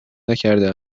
نکرده